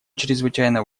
чрезвычайно